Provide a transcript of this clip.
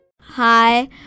hi